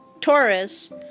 Taurus